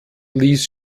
ließ